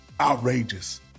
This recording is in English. outrageous